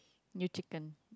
you chicken